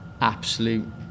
absolute